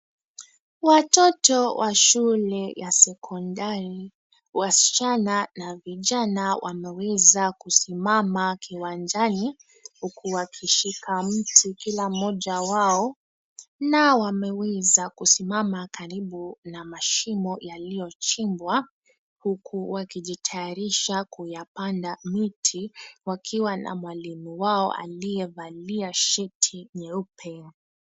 Watoto wa shule ya sekondari, wasichana na vijana wameeza kusimama kiwanjani huku wakishika mti kila mmoja wao na wameweza kusimama karibu na mashimo yaliyochimbwa, huku wakijitayarisha kuyapanda miti wakiwa na mwalimu wao aliyevalia sheti nyeupe.